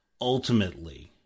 ultimately